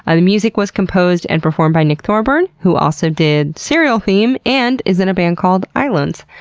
ah the music was composed and performed by nick thorburn, who also did serial theme and is in a band called islands.